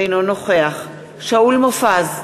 אינו נוכח שאול מופז,